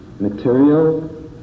Material